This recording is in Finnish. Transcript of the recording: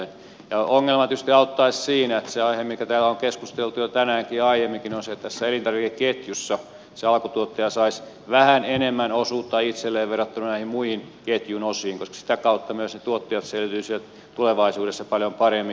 ongelmaan tietysti auttaisi se aihe mistä täällä on keskusteltu jo tänään ja aiemminkin että tässä elintarvikeketjussa se alkutuottaja saisi vähän enemmän osuutta itselleen verrattuna näihin muihin ketjun osiin koska sitä kautta myös tuottajat selviytyisivät tulevaisuudessa paljon paremmin